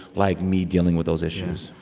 like, me dealing with those issues